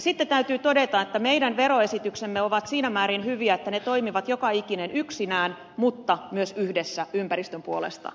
sitten täytyy todeta että meidän veroesityksemme ovat siinä määrin hyviä että ne toimivat joka ikinen yksinään mutta myös yhdessä ympäristön puolesta